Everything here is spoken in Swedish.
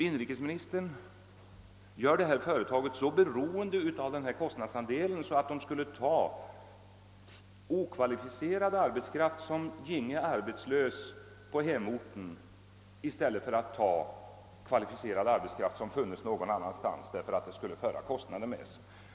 Inrikesministern gör nämligen företaget så beroende av kostnadsandelen att företagaren skulle ta okvalificerad arbetskraft, som gick arbetslös på hemorten, i stället för att anställa kvalificerad arbetskraft som fanns på annan ort, vilket skulle föra kostnader med sig.